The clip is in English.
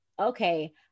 okay